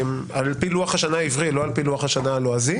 על פי לוח השנה העברי, לא על פי לוח השנה הלועזי.